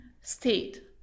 state